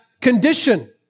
condition